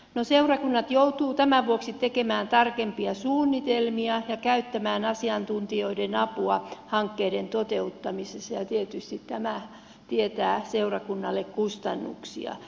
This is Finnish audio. no seurakunnat joutuvat tämän vuoksi tekemään tarkempia suunnitelmia ja käyttämään asiantuntijoiden apua hankkeiden toteuttamisessa ja tietysti tämä tietää seurakunnalle kustannuksia